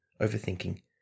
overthinking